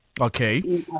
okay